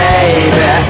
Baby